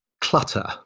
clutter